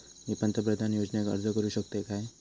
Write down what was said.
मी पंतप्रधान योजनेक अर्ज करू शकतय काय?